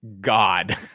God